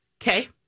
Okay